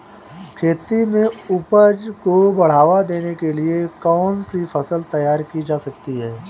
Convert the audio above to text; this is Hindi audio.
खेती में उपज को बढ़ावा देने के लिए कौन सी फसल तैयार की जा सकती है?